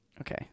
Okay